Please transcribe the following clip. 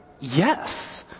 yes